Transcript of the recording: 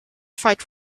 fight